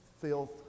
filth